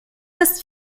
ist